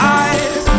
eyes